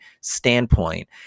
standpoint